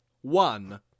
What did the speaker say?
One